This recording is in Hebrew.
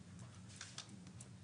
הוותיקים.